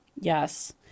Yes